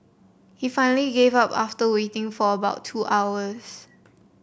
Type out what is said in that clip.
he finally gave up after waiting for about two hours